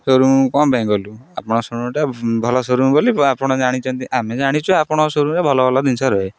showroom କ'ଣ ପାଇଁ ଗଲୁ ଆପଣଟା ଭଲ ସୋରୁୁମ୍ ବୋଲି ଆପଣ ଜାଣିଛନ୍ତି ଆମେ ଜାଣିଛୁ ଆପଣଙ୍କ ସୋରୁୁମ୍ରେ ଭଲ ଭଲ ଜିନିଷ ରୁହେ